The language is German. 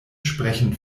sprechen